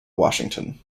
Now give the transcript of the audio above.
washington